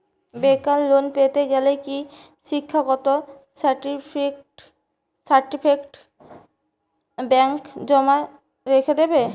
বেকার লোন পেতে গেলে কি শিক্ষাগত সার্টিফিকেট ব্যাঙ্ক জমা রেখে দেবে?